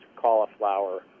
cauliflower